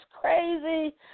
crazy